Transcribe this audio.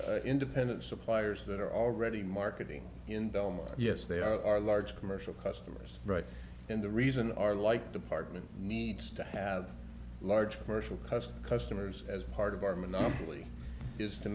independent suppliers that are already marketing in del mar yes they are large commercial customers right and the reason our like department needs to have large commercial cousin customers as part of our monopoly is to